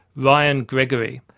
ryan gregory,